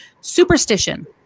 Superstition